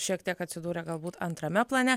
šiek tiek atsidūrė galbūt antrame plane